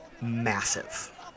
massive